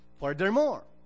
Furthermore